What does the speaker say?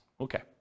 Okay